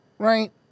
Right